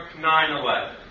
9-11